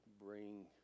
bring